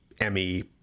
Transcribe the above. Emmy